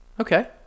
okay